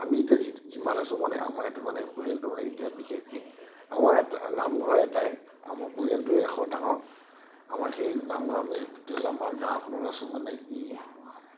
আমি এতিয়া যিমান আছোঁ মানে আমাৰ এইটো মানে পৰিয়ালটো মানে এতিয়া বিশেষকৈ আমাৰ এটা নামঘৰ এটাই আমাৰ পৰিয়ালটোৱে এশ ডাঙৰ আমাৰ সেই নামঘৰ আমি ট'টেল আমাৰ গাঁওখনত আছোঁ মানে কি